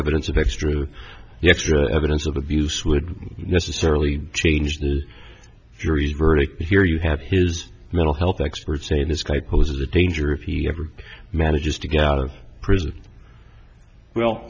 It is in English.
evidence of extra extra evidence of abuse would necessarily change the jury's verdict but here you have his mental health experts say this guy poses a danger if he ever manages to get out of prison well